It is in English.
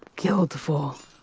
killed for.